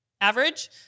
average